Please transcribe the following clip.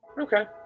Okay